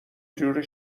جوری